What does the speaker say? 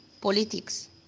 politics